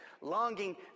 longing